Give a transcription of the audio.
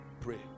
Pray